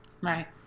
Right